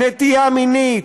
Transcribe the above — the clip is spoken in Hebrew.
נטייה מינית,